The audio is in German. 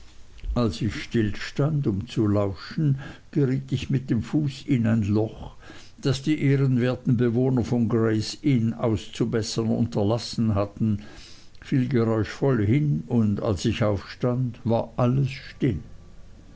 als ich stillstand um zu lauschen geriet ich mit dem fuße in ein loch das die ehrenwerten bewohner von grays inn auszubessern unterlassen hatten fiel geräuschvoll hin und als ich aufstand war alles still